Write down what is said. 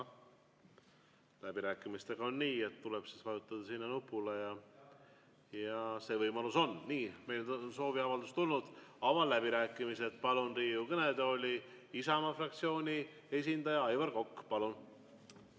Läbirääkimistega on nii, et tuleb vajutada sinna nupule, ja see võimalus on. Nii, meile on sooviavaldus tulnud. Avan läbirääkimised. Palun Riigikogu kõnetooli Isamaa fraktsiooni esindaja Aivar Koka.